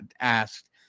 asked